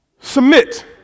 Submit